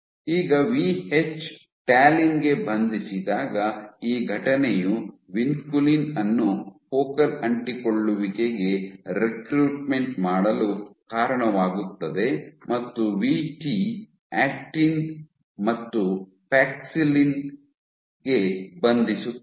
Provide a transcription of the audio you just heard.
ಈಗ VH talin ಗೆ ಬಂಧಿಸಿದಾಗ ಈ ಘಟನೆಯು ವಿನ್ಕುಲಿನ್ ಅನ್ನು ಫೋಕಲ್ ಅಂಟಿಕೊಳ್ಳುವಿಕೆಗೆ ರಿಕ್ರೂಟ್ಮೆಂಟ್ ಮಾಡಲು ಕಾರಣವಾಗುತ್ತದೆ ಮತ್ತು ವಿಟಿ ಆಕ್ಟಿನ್ ಮತ್ತು ಪ್ಯಾಕ್ಸಿಲಿನ್ ಗೆ ಬಂಧಿಸುತ್ತದೆ